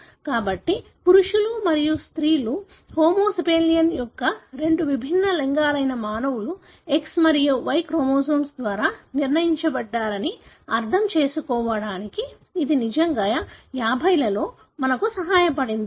కాబట్టి పురుషులు మరియు స్త్రీలు హోమో సేపియన్ల యొక్క రెండు విభిన్న లింగాలైన మానవులు X మరియు Y క్రోమోజోమ్ ద్వారా నిర్ణయించబడ్డారని అర్థం చేసుకోవడానికి ఇది నిజంగా 50 లలో మాకు సహాయపడింది